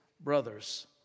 brothers